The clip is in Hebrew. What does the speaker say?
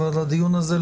אבל הדיון הזה,